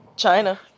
China